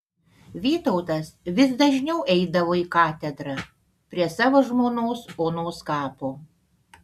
vytautas vis dažniau eidavo į katedrą prie savo žmonos onos kapo